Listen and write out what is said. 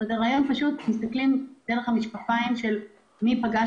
פשוט מסתכלים על זה דרך המשקפיים של "מי פגש